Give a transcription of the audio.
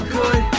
good